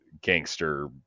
gangster